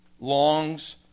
longs